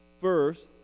First